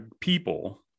people